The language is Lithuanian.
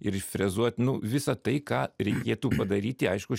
ir frezuot nu visa tai ką reikėtų padaryti aišku